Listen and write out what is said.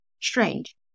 strange